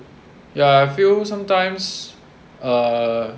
ya I feel sometimes uh